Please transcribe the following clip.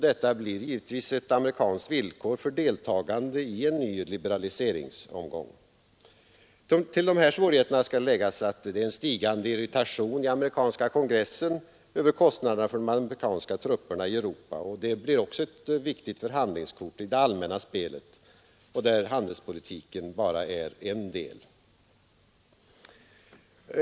Detta blir givetvis ett amerikanskt villkor för deltagande i en ny liberaliseringsomgång. Till dessa svårigheter skall läggas att det är en stigande irritation i amerikanska kongressen över kostnaderna för de amerikanska trupperna i Europa. Detta blir också ett viktigt förhandlingskort i det allmänna spelet, där handelspolitiken bara är en del.